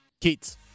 Keats